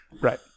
Right